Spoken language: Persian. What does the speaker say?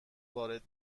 وارد